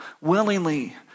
Willingly